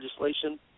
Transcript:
legislation